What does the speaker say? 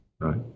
Right